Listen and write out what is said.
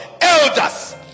elders